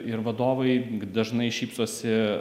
ir vadovai dažnai šypsosi